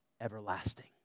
everlasting